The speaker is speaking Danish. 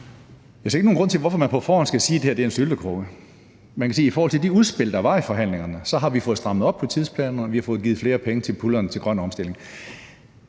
Jeg ser ikke nogen grund til, at man på forhånd skal sige, at det her er en syltekrukke. Man kan sige, at i forhold til de udspil, der var i forhandlingerne, så har vi fået strammet op på tidsplanerne, og vi har fået givet flere penge til puljerne til grøn omstilling.